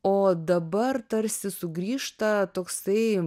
o dabar tarsi sugrįžta toksai